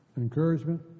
encouragement